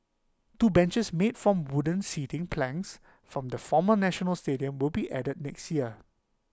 two benches made from the wooden seating planks from the former national stadium will be added next year